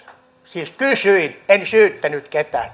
siis kysyin en syyttänyt ketään